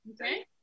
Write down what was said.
Okay